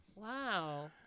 Wow